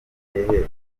hehe